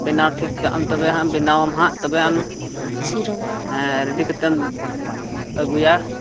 ᱵᱮᱱᱟᱣ ᱴᱷᱤᱠ ᱠᱟᱜ ᱟᱢ ᱛᱚᱵᱮ ᱦᱟᱸᱜ ᱵᱮᱱᱟᱣ ᱟᱢ ᱦᱟᱸᱜ ᱛᱚᱵᱮ ᱟᱢ ᱦᱮᱸ ᱨᱮᱰᱤ ᱠᱟᱛᱮᱢ ᱟᱹᱜᱩᱭᱟ